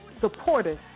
supporters